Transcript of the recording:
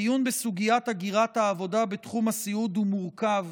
הדיון בסוגיית הגירת העבודה בתחום הסיעוד הוא מורכב